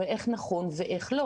ואיך נכון לעשות את זה.